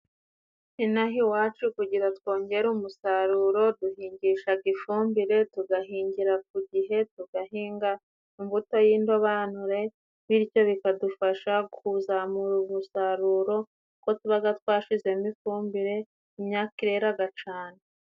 Inaha iwacu kugira twongere umusaruro, duhingishaga ifumbire tugahingira ku gihe tugahinga imbuto y'indobanure, bityo bikadufasha kuzamura umusaruro, kuko tubaga twashizemo ifumbire imyaka irero gacana.